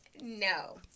No